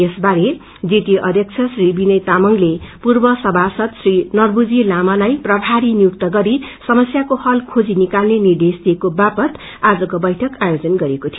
यस बारे जीटीए अध्यक्ष श्री विनय तामाङले पूर्व सभासद श्री नर्वु जी लामालाई प्रभारी नियुक्त गरि समस्याको हत खोजी निकाल्ने निर्देश दिएको वापद आजको बैठक आयोजन गरिएको थियो